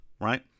Right